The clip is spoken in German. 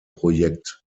projekt